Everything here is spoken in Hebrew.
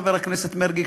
חבר הכנסת מרגי,